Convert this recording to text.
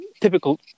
typical